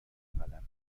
قلم